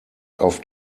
auf